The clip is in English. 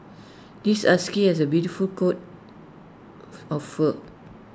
this husky has A beautiful coat of fur